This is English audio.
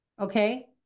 Okay